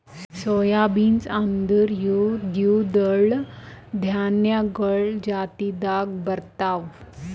soy beans ಅಂದುರ್ ಇವು ದ್ವಿದಳ ಧಾನ್ಯಗೊಳ್ ಜಾತಿದಾಗ್ ಬರ್ತಾವ್